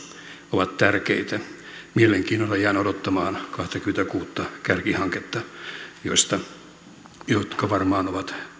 ovat tärkeitä mielenkiinnolla jään odottamaan kahtakymmentäkuutta kärkihanketta jotka varmaan ovat